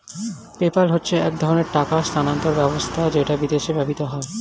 PayPal হচ্ছে এক ধরণের টাকা স্থানান্তর ব্যবস্থা যেটা বিদেশে ব্যবহৃত হয়